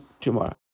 tomorrow